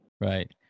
right